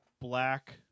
black